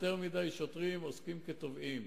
יותר מדי שוטרים עוסקים כתובעים.